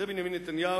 זה בנימין נתניהו,